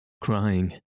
crying